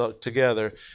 together